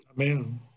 Amen